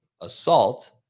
assault